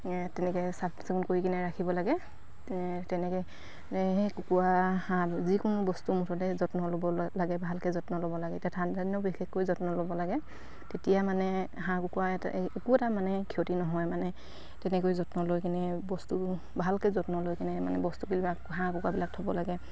তেনেকে চাফ চিকুণ কৰি কিনে ৰাখিব লাগে তেনেকে সেই কুকুৰা হাঁহ যিকোনো বস্তু মুঠতে যত্ন ল'ব লাগে ভালকে যত্ন ল'ব লাগে এতিয়া ঠাণ্ডা দিনত বিশেষকৈ যত্ন ল'ব লাগে তেতিয়া মানে হাঁহ কুকুৰা এটা একো এটা মানে ক্ষতি নহয় মানে তেনেকৈ যত্ন লৈ কিনে বস্তু ভালকে যত্ন লৈ কিনে মানে বস্তুবিলাক হাঁহ কুকুৰাবিলাক থ'ব লাগে